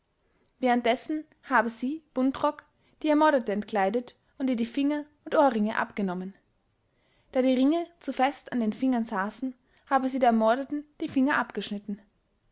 währenddessen habe sie buntrock die ermordete entkleidet und ihr die finger und ohrringe abgenommen da die ringe zu fest an den fingern saßen habe sie der ermordeten die finger abgeschnitten